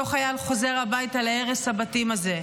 אותו חייל חוזר הביתה להרס הבתים הזה.